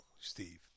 Steve